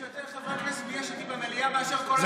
יש יותר חברי כנסת מיש עתיד במליאה מאשר כל, ביחד.